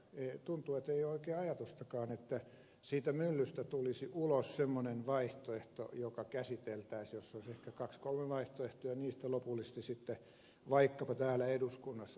tuntuu ettei ole oikein ajatustakaan että siitä myllystä tulisi ulos semmoinen vaihtoehto joka käsiteltäisiin jossa olisi ehkä kaksi kolme vaihtoehtoa ja niistä lopullisesti sitten vaikkapa täällä eduskunnassa me päättäisimme jotain